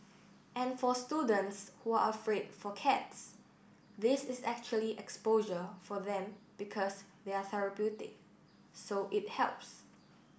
and for students who are afraid for cats this is actually exposure for them because they're therapeutic so it helps